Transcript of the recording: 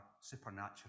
supernatural